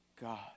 God